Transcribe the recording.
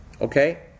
Okay